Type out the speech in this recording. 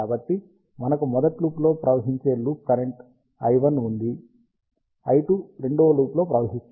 కాబట్టి మనకు మొదటి లూప్లో ప్రవహించే లూప్ కరెంట్ i1 ఉంది i2 రెండవ లూప్లోప్రవహిస్తుంది